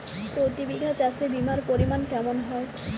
প্রতি বিঘা চাষে বিমার পরিমান কেমন হয়?